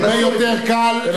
הרבה יותר קל,